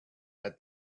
had